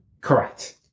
correct